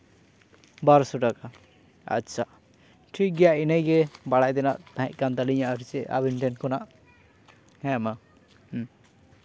ᱵᱟᱨᱚ ᱥᱚ ᱴᱟᱠᱟ ᱟᱪᱪᱷᱟ ᱴᱷᱤᱠ ᱜᱮᱭᱟ ᱤᱱᱟᱹᱜᱮ ᱵᱟᱲᱟᱭ ᱛᱮᱱᱟᱜ ᱛᱟᱦᱮᱸ ᱠᱟᱱ ᱛᱟᱹᱞᱤᱧᱟ ᱟᱨᱠᱤ ᱟᱵᱤᱱ ᱴᱷᱮᱱ ᱠᱷᱚᱱᱟᱜ ᱦᱮᱸ ᱢᱟ ᱦᱮᱸ